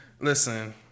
listen